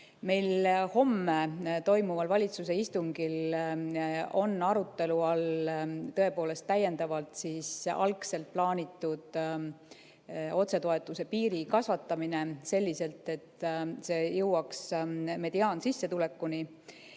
Homme toimuval valitsuse istungil on meil arutelu all tõepoolest täiendavalt algselt plaanitud otsetoetuse piiri kasvatamine selliselt, et see jõuaks mediaansissetulekuni.